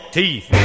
teeth